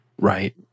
right